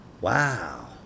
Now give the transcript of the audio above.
Wow